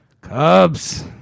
Cubs